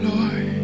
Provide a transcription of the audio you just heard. Lord